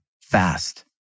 Fast